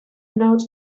not